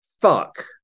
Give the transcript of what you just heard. fuck